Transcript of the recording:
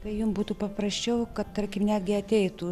tai jum būtų paprasčiau kad tarkim netgi ateitų